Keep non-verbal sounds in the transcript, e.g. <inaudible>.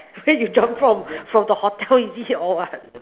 where you jump <breath> from from the hotel is it or what